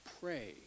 pray